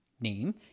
name